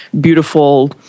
beautiful